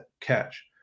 catch